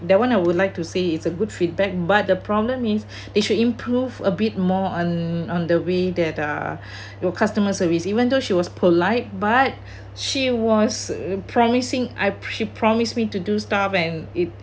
that one I would like to say it's a good feedback but the problem is they should improve a bit more on on the way that uh your customer service even though she was polite but she was promising I she promised me to do stuff and it